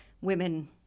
women